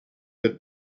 had